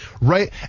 right